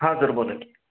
हां सर बोला की